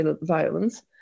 violence